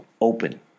open